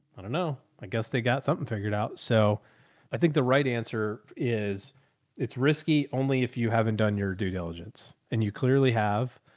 i don't know. i guess they got something figured out. so i think the right answer is it's risky only if you haven't done your due diligence and you clearly have,